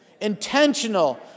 Intentional